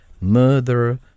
murder